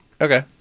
Okay